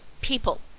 people